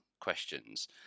questions